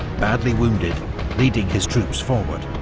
badly wounded leading his troops forward.